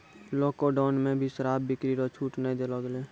lockdown मे भी शराब बिक्री रो छूट नै देलो गेलै